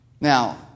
Now